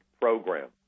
program